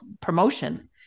promotion